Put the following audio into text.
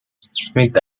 smith